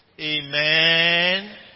Amen